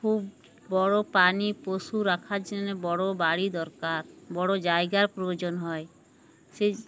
খুব বড়ো পানি পশু রাখার জন্যে বড়ো বাড়ি দরকার বড়ো জায়গার প্রয়োজন হয় সেই